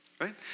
right